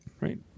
Right